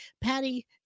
Patty